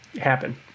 happen